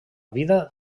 vida